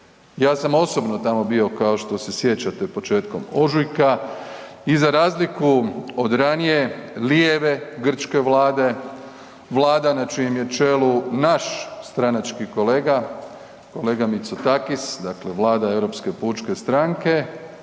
Ja sam osobno tamo bio kao što se sjećate, početkom ožujka i za razliku od ranije, lijeve grčke vlade, vlada na čijem je čelu naš stranački kolega, kolega Mitsotakis, dakle, vlada Europske pučke stranke,